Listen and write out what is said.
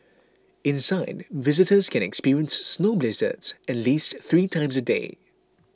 inside visitors can experience snow blizzards at least three times a day